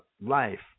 life